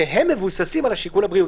שהם מבוססים על השיקול הבריאותי.